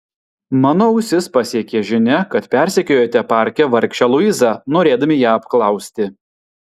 mano ausis pasiekė žinia kad persekiojote parke vargšę luizą norėdami ją apklausti